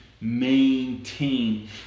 maintain